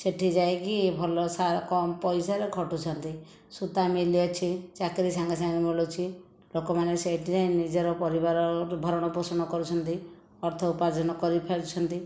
ସେଇଠି ଯାଇକି ଭଲ ସା କମ ପଇସାରେ ଖଟୁଛନ୍ତି ସୂତା ମିଲ୍ ଅଛି ଚାକିରି ସାଙ୍ଗେ ସାଙ୍ଗେ ମିଳୁଛି ଲୋକମାନେ ସେଇଠି ଯାଇ ନିଜର ପରିବାର ଭରଣପୋଷଣ କରୁଛନ୍ତି ଅର୍ଥ ଉପାର୍ଜନ କରିପାରୁଛନ୍ତି